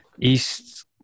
East